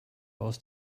aus